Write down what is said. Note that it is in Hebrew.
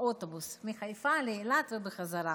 באוטובוס, מחיפה לאילת ובחזרה.